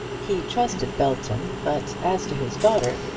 he trusted belton but as to his daughter,